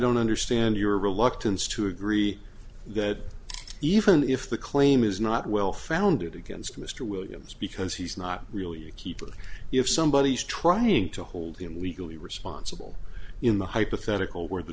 don't understand your reluctance to agree that even if the claim is not well founded against mr williams because he's not really a keeper if somebody is trying to hold him legally responsible in the hypothetical where the